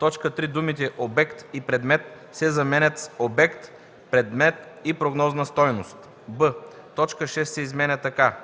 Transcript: в т. 3 думите „обект и предмет” се заменят с „обект, предмет и прогнозна стойност”; б) точка 6 се изменя така: